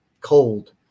cold